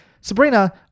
Sabrina